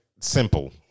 simple